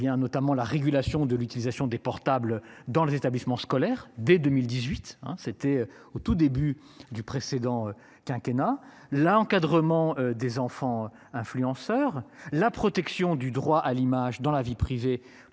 notamment la régulation de l'utilisation des portables dans les établissements scolaires dès 2018 hein, c'était au tout début du précédent quinquennat la encadrement des enfants influenceurs la protection du droit à l'image. Dans la vie privée pour les